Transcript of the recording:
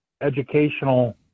educational